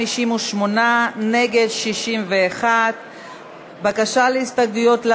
61. הבקשה להסתייגויות